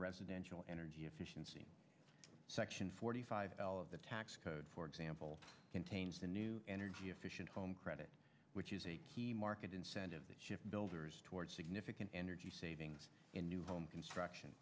residential energy efficiency section forty five l of the tax code for example contains a new energy efficient home credit which is a key market incentive that ship builders toward significant energy savings in new home construction